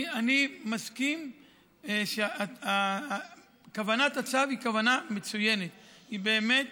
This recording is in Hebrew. אני מסכים שכוונת הצו היא כוונה מצוינת, היא באמת